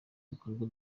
ibikorwa